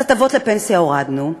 אז הטבות לפנסיה הורדנו,